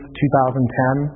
2010